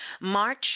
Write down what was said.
March